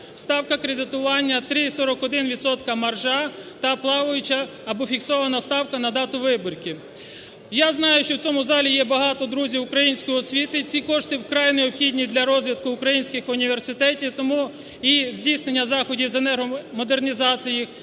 Ставка кредитування – 3,41 відсоток маржа та плаваюча або фіксована ставка на дату вибірки. Я знаю, що в цьому залі є багато друзів української освіти. Ці кошти вкрай необхідні для розвитку українських університетів і здійснення заходів з енергомодернізації.